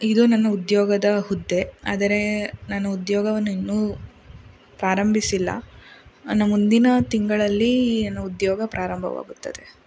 ಇದು ನನ್ನ ಉದ್ಯೋಗದ ಹುದ್ದೆ ಆದರೆ ನಾನು ಉದ್ಯೋಗವನ್ನು ಇನ್ನೂ ಪ್ರಾರಂಭಿಸಿಲ್ಲ ನನ್ನ ಮುಂದಿನ ತಿಂಗಳಲ್ಲಿ ನನ್ನ ಉದ್ಯೋಗ ಪ್ರಾರಂಭವಾಗುತ್ತದೆ